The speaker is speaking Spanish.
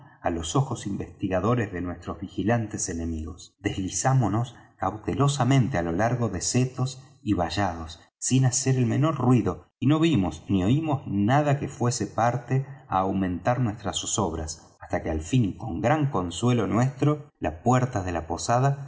á los ojos investigadores de nuestros vigilantes enemigos deslizámonos cautelosamente á lo largo de los setos y vallados sin hacer el menor ruido y no vimos ni oímos nada que fuese parte á aumentar nuestras zozobras hasta que al fin con gran consuelo nuestro la puerta de la posada